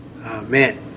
Amen